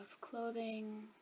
clothing